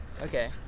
Okay